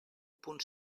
punt